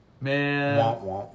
Man